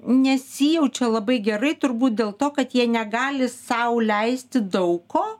nesijaučia labai gerai turbūt dėl to kad jie negali sau leisti daug ko